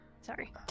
Sorry